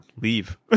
leave